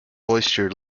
moisture